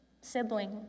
sibling